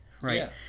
right